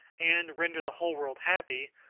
and render the whole world happy,